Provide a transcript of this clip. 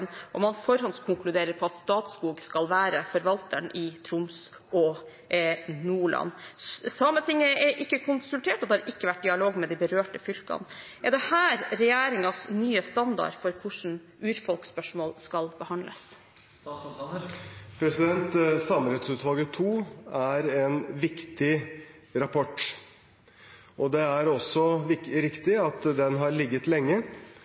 og man forhåndskonkluderer med at Statskog skal være forvalteren i Troms og Nordland. Sametinget er ikke konsultert, og det har ikke vært dialog med de berørte fylkene. Er dette regjeringens nye standard for hvordan urfolksspørsmål skal behandles? Samerettsutvalget II er en viktig rapport, og det er også riktig at den har ligget lenge.